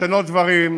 לשנות דברים.